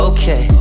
Okay